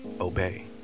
Obey